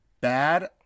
bad